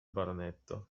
baronetto